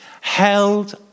held